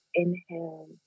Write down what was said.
inhale